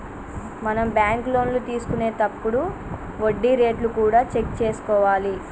మనం బ్యాంకు లోన్లు తీసుకొనేతప్పుడు వడ్డీ రేట్లు కూడా చెక్ చేసుకోవాలి